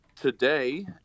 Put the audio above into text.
Today